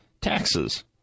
taxes